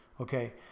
Okay